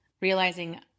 realizing